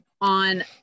on